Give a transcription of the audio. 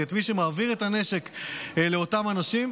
את מי שמעביר את הנשק לאותם אנשים,